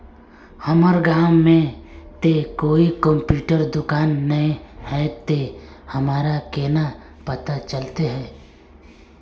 हमर गाँव में ते कोई कंप्यूटर दुकान ने है ते हमरा केना पता चलते है?